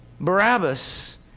Barabbas